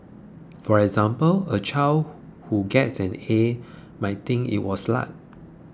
for example a child who gets an A may think it was luck